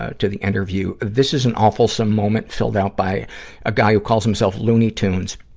ah to the interview. this is an awfulsome moment filled out by a guy who calls himself looney tunes.